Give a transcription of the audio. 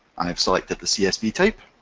i have selected the csv type,